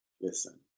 Listen